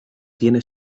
tiene